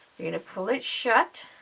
you and pull it shut